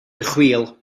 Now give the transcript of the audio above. chwil